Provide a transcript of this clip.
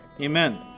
Amen